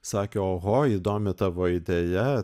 sakė oho įdomi tavo idėja